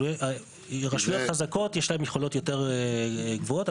לרשויות חזקות יש יכולות יותר גבוהות.